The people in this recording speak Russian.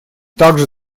также